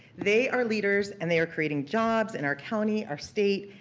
they are leaders and they are creating jobs in our county, our state,